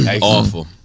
Awful